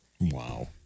Wow